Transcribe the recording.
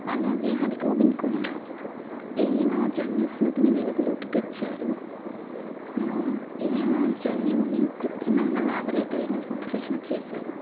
అలాగే హర గోవింద్ ఖోరానా ఈయన జన్యు స్పృతిని వెలుగులోకి తెచ్చాడు ఈయన జన్యువుని కృత్రిమంగా లాబోరేటరీలో సంశ్లేషణ చేశాడు